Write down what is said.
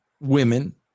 women